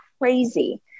crazy